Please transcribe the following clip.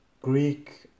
Greek